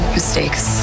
mistakes